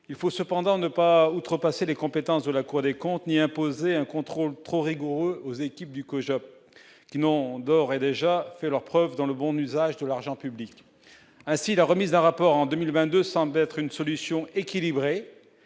il faut cependant ne pas outrepasser les compétences de la Cour des comptes, ni imposer un contrôle trop rigoureuse aux équipes du collège qui n'ont d'ores et déjà fait leurs preuves dans le bon usage de l'argent public, ainsi la remise d'un rapport en 2020, 200 d'être une solution équilibrée